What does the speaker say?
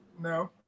No